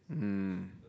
mm